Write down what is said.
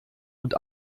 und